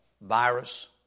virus